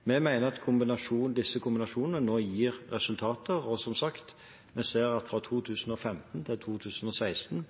Vi mener at denne kombinasjonen nå gir resultater, og vi ser som sagt at fra 2015 til 2016